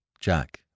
Jack